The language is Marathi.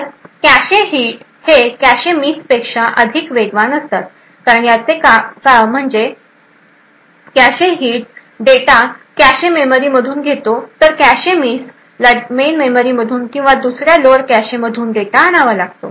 तर कॅशे हिट हे कॅशे मिस पेक्षा अधिक वेगवान आहे आणि याचे कारण म्हणजे cache hit data cache memory मधून घेतो तर कॅशे मिस ला मेन मेमरी मधून किंवा दुसऱ्या लोअर कॅशे मधून डेटा आणावा लागतो